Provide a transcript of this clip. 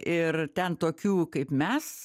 ir ten tokių kaip mes